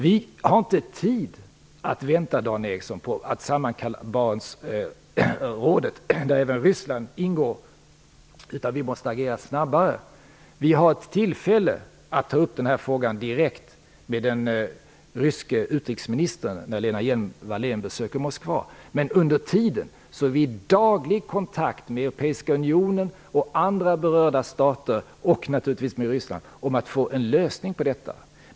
Vi har inte tid att vänta, Dan Ericsson, på att sammankalla Barentsrådet, där även Ryssland ingår. Vi måste agera snabbare. Vi har tillfälle att ta upp den här frågan direkt med den ryske utrikesministern när Lena Hjelm-Wallén besöker Moskva. Men under tiden är vi i daglig kontakt med Europeiska unionen och andra berörda stater, och naturligtvis med ryssarna, om att få en lösning på detta.